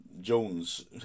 Jones